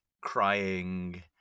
crying